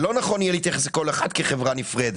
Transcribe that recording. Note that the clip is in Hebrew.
לכן זה לא יהיה נכון להתייחס לכל אחד כחברה נפרדת.